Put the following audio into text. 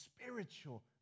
spiritual